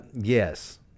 Yes